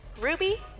Ruby